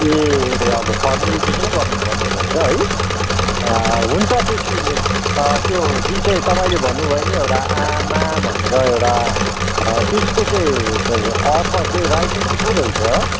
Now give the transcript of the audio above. ए अब फर्मलिटी चाहिँ गर्नुपर्ने रहेछ है हुन्छ त्यसको त्यो जुन चाहिँ तपाईँले भन्नुभयो नि एउटा आमा भनेर एउटा त्यसको चाहिँ अर्थर चाहिँ राइटर चाहिँ को रहेछ